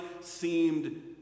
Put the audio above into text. seemed